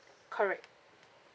correct